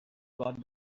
got